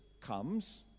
comes